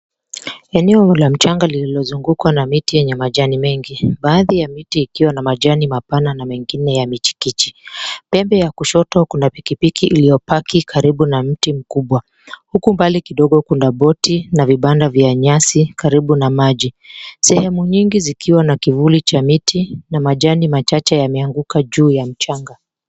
Eneo la mchanga lililozungukwa na miti yenye majani mengi. Baadhi ya miti ikiwa na majani mapana na mengine ya michikichi. Pembe ya kushoto kuna pikipiki iliyopaki karibu na mti mkubwa. Huko mbali kidogo kuna boti na vibanda vya nyasi karibu na maji. Sehemu nyingi zikiwa na kivuli cha miti na majani machache yameanguka juu ya mchanga.